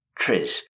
Triz